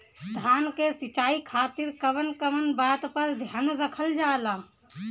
धान के सिंचाई खातिर कवन कवन बात पर ध्यान रखल जा ला?